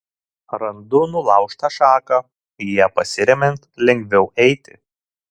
randu nulaužtą šaką ja pasiremiant lengviau eiti